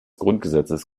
grundgesetzes